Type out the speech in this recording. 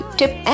tip